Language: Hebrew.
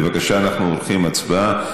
בבקשה, אנחנו עורכים הצבעה.